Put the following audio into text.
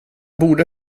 borde